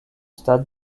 stade